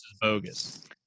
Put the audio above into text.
Bogus